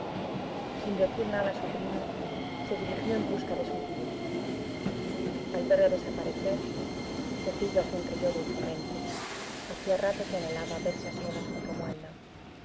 sin decir nada a su prima se dirigió en busca de su tío al verle desaparecer cecilia sonrió dulcemente hacía rato que anhelaba verse a solas con romualda